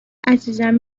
عزیزم